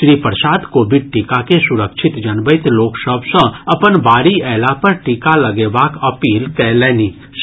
Shri Prasad Covid टीका के सुरक्षित जनबैत लोक सभ सँ अपन बारी अयला पर टीका लगेबाक अपील कयलनि अछि